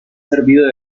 servido